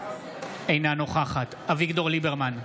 אינה נוכחת אביגדור ליברמן,